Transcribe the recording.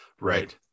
Right